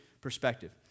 perspective